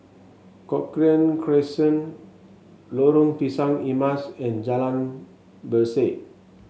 Cochrane Crescent Lorong Pisang Emas and Jalan Berseh